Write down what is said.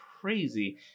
crazy